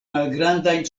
malgrandajn